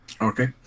Okay